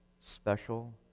special